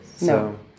no